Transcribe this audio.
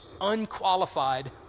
unqualified